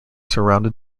surrounded